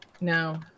no